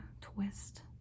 twist